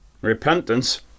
Repentance